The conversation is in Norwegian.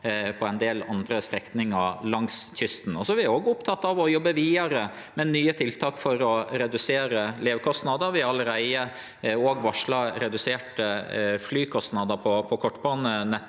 på ein del andre strekningar langs kysten. Vi er òg opptekne av å jobbe vidare med nye tiltak for å redusere levekostnader. Vi har allereie varsla reduserte flykostnader på kortbanenettet,